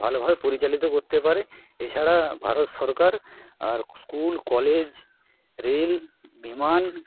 ভালোভাবে পরিচালিত করতে পারে এছাড়া ভারত সরকার আর স্কুল কলেজ রেল বিমান